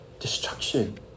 Destruction